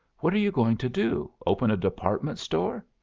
what are you going to do, open a department store?